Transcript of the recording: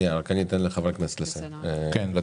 חבר הכנסת בליאק.